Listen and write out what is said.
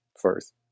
first